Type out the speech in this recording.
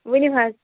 ؤنِو حَظ